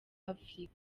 afurika